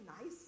nice